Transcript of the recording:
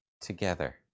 together